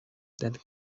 that